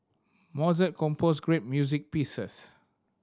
Mozart composed great music pieces